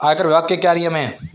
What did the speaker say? आयकर विभाग के क्या नियम हैं?